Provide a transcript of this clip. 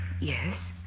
Yes